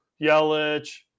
Yelich